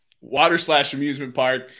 Water-slash-amusement-park